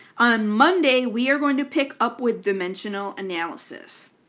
on monday we are going to pick up with dimensional analysis.